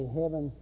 heaven